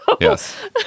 yes